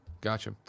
Gotcha